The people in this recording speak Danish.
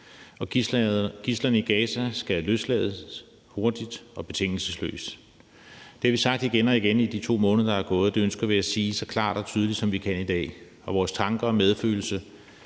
Gidslerne i Gaza skal løslades hurtigt og betingelsesløst. Det har vi sagt igen og igen i de 2 måneder, der er gået, og det ønsker vi at sige så klart og tydeligt, som vi kan i dag. Vores tanker og medfølelse